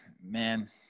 man